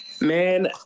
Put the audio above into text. Man